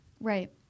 right